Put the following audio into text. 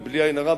ובלי עין הרע,